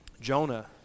Jonah